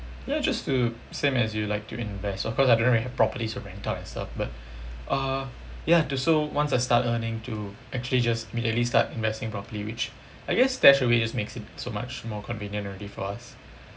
ya just to same as you like to invest of course I don't really have properties to rent out and stuff but uh yah to so once I start earning to actually just immediately start investing properly which I guess StashAway just makes it so much more convenient already for us